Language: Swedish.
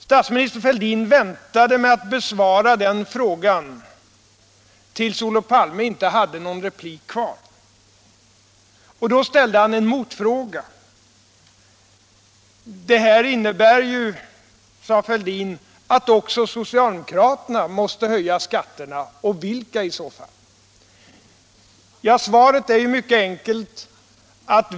Statsminister Fälldin väntade med att besvara den frågan till dess Olof Palme inte hade någon replikrätt kvar, och då ställde herr Fälldin en motfråga: Det här innebär ju att också socialdemokraterna måste höja skatterna — och vilka i så fall? Svaret är mycket enkelt.